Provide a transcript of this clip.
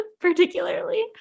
particularly